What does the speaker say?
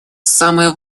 самое